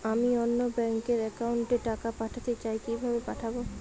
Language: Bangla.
আমি অন্য ব্যাংক র অ্যাকাউন্ট এ টাকা পাঠাতে চাই কিভাবে পাঠাবো?